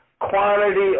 Quantity